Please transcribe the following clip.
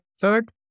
third